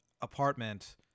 apartment